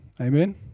Amen